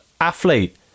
Athlete